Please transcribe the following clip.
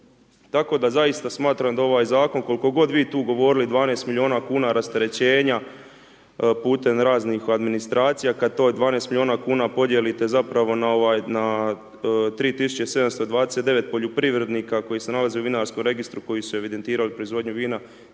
Tako da zaista smatram da ovaj zakon, koliko god vi tu govorili 12 milijuna kuna rasterećenja putem raznih administracija, kad to 12 milijuna kuna podijelite zapravo na 3729 poljoprivrednika koji se nalaze u vinarskom registru koji su evidentirali proizvodnju vina,